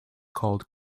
called